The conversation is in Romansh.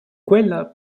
quella